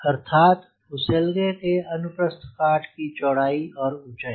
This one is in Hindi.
अर्थात फुसेलगे के अनुप्रस्थ काट की चौड़ाई और ऊंचाई